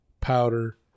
powder